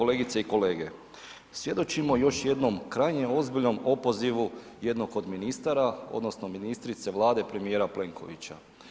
Kolegice i kolege, svjedočimo još jednom krajnje ozbiljnom opozivu jednog od ministara odnosno ministrice Vlade premijera Plenkovića.